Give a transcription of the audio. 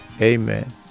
amen